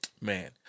man